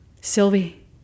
Sylvie